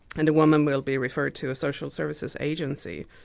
and the woman will be referred to a social services agency,